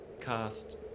Cast